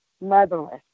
motherless